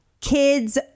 kids